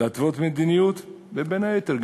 להתוות מדיניות, ובין היתר,